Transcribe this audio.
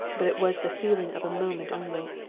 but it was the feeling of a moment only.